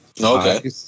Okay